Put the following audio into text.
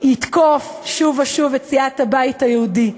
יתקוף שוב ושוב את סיעת הבית היהודי?